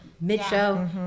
mid-show